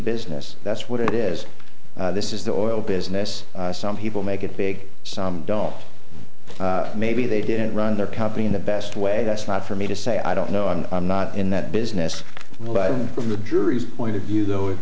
business that's what it is this is the oil business some people make it big some don't maybe they didn't run their company in the best way that's not for me to say i don't know and i'm not in that business but from the jury's point of view though if